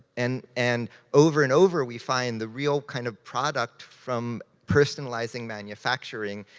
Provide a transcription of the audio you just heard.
and and over and over, we find the real kind of product from personalizing manufacturing,